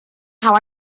how